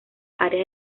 áreas